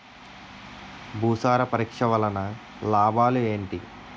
భూసార పరీక్ష వలన లాభాలు ఏంటి?